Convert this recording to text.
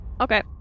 Okay